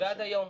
ועד היום.